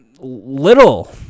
little